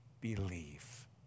believe